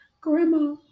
grandma